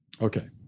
Okay